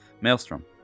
Maelstrom